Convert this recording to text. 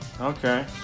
Okay